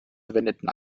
verwendeten